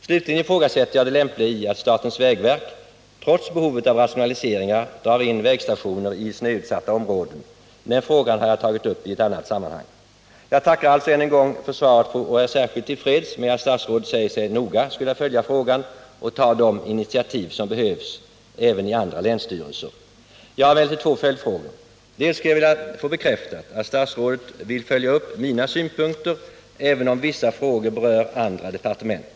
Slutligen ifrågasätter jag det lämpliga i att statens vägverk trots behovet av rationaliseringar drar in vägstationer i snöutsatta områden, men den frågan har jag tagit upp i ett annat sammanhang. Jag tackar än en gång för svaret, och jag är särskilt till freds med att statsrådet säger sig komma att noga följa frågan och ta de initiativ som behövs även i andra länsstyrelser. Jag har emellertid två följdfrågor. Dels skulle jag vilja få bekräftat att statsrådet vill följa upp mina synpunkter, även om vissa frågor berör andra departement.